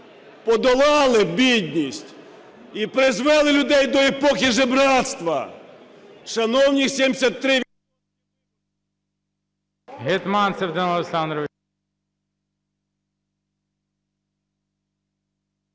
Подолали бідність і призвели людей до епохи жебрацтва. Шановні 73...